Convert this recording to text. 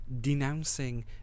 denouncing